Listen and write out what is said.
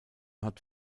hat